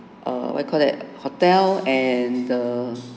err what you call that hotel and the